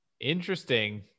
interesting